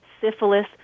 syphilis